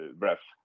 breath